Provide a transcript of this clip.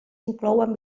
inclouen